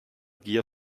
gier